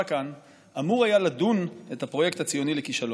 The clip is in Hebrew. כאן אמור היה לדון את הפרויקט הציוני לכישלון.